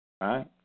Right